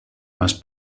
más